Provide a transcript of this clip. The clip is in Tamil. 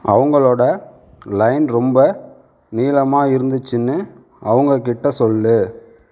அவங்களோடய லைன் ரொம்ப நீளமாக இருந்துச்சுனு அவங்ககிட்ட சொல்லு